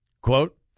Quote